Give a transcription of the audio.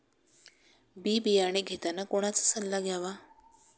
बी बियाणे घेताना कोणाचा सल्ला घ्यावा?